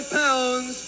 pounds